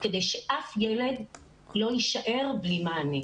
כדי שאף ילד לא יישאר בלי מענה.